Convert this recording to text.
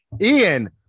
Ian